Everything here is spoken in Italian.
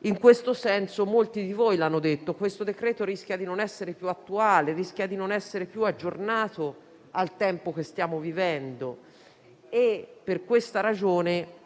In questo senso, come molti di voi hanno detto, questo decreto-legge rischia di non essere più attuale, di non essere più aggiornato al tempo che stiamo vivendo. Per questa ragione